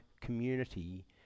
community